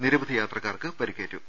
നിരവധി യാത്രക്കാർക്ക് പരിക്കേറ്റു